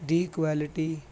the quality